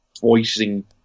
voicing